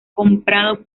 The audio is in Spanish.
comprado